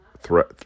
threat